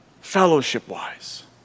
fellowship-wise